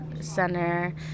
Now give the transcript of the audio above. Center